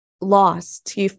lost